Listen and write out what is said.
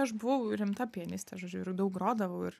aš buvau rimta pianistė žodžiu ir daug grodavau ir